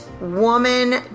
woman